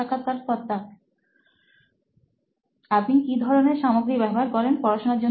সাক্ষাৎকারকর্তা আপনি কি ধরণের সামগ্রী ব্যবহার করেন পড়াশুনার জন্য